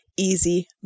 easy